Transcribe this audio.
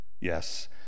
Yes